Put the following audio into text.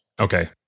Okay